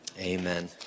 amen